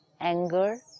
anger